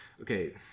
Okay